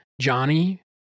Johnny